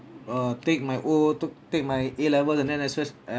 uh take my O took take my A level and then as well